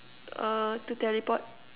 uh to teleport